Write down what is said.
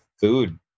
food